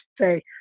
Say